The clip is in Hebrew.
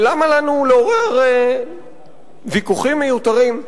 ולמה לנו לעורר ויכוחים מיותרים?